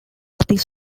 this